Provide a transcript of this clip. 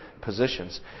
positions